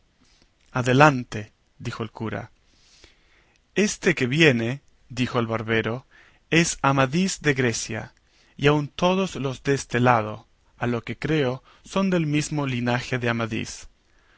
adelante dijo el cura este que viene dijo el barbero es amadís de grecia y aun todos los deste lado a lo que creo son del mesmo linaje de amadís